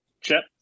Chip